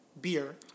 beer